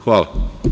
Hvala.